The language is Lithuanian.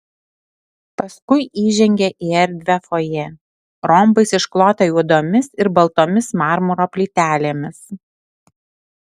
paskui įžengė į erdvią fojė rombais išklotą juodomis ir baltomis marmuro plytelėmis